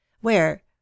Where